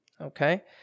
Okay